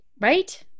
Right